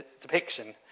depiction